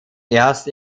erst